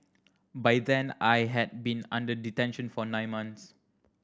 by then I had been under detention for nine months